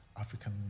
African